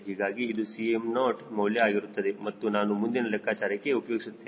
ಹೀಗಾಗಿ ಇದು Cm0 ಮೌಲ್ಯ ಆಗಿರುತ್ತದೆ ಅದನ್ನು ನಾನು ಮುಂದಿನ ಲೆಕ್ಕಾಚಾರಕ್ಕೆ ಉಪಯೋಗಿಸುತ್ತೇನೆ